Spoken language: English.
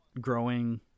growing